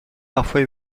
parfois